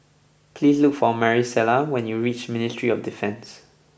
please look for Marisela when you reach Ministry of Defence